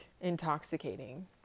intoxicating